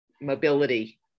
mobility